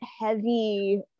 heavy